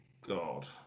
God